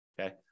Okay